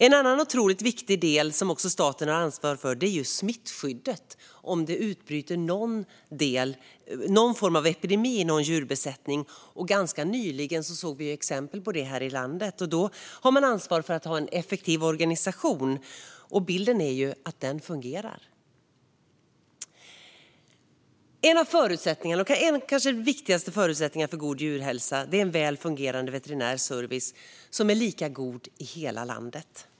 En annan otroligt viktig del som staten har ansvar för är smittskyddet, om det utbryter någon form av epidemi i en djurbesättning. Det såg vi ganska nyligen exempel på här i landet. Då har man ansvar för att ha en effektiv organisation, och bilden är att den fungerar. En av de kanske viktigaste förutsättningarna för god djurhälsa är att det finns en väl fungerande veterinär service som är lika god i hela landet.